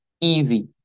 Easy